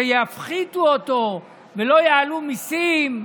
שיפחיתו אותו ולא יעלו מיסים,